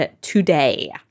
today